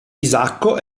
isacco